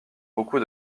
beaucoup